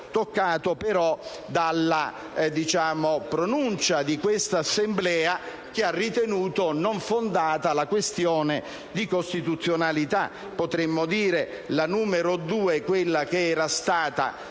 toccato però dalla pronuncia di questa Assemblea, che ha ritenuto non fondata la questione di costituzionalità, potremmo dire quella che era stata